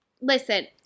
Listen